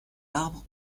arbres